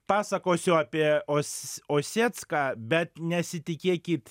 pasakosiu apie os osiecką bet nesitikėkit